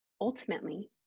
ultimately